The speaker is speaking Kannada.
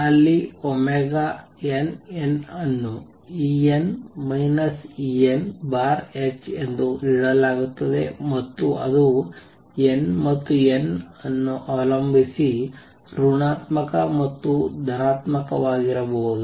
ಅಲ್ಲಿ nnಅನ್ನು En En ℏ ಎಂದು ನೀಡಲಾಗುತ್ತದೆ ಮತ್ತು ಅದು n ಮತ್ತು n 'ಅನ್ನು ಅವಲಂಬಿಸಿ ಋಣಾತ್ಮಕ ಅಥವಾ ಧನಾತ್ಮಕವಾಗಿರಬಹುದು